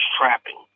trapping